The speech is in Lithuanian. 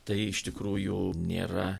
tai iš tikrųjų nėra